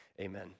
amen